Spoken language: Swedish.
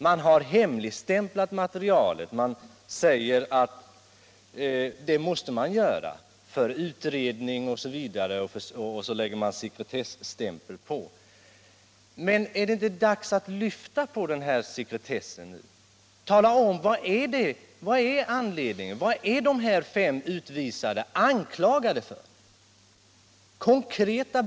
Man har hemligstämplat materialet och sagt att sekretessen är nödvändig med tanke på utredningen osv. Men är det inte dags att släppa efter på sekretessen nu? Vad är de fem utvisade anklagade för?